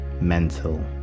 mental